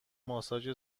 ماساژ